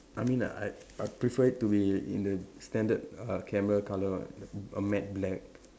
I mean like I I prefer it to be in the standard uh camera colour ah a matte black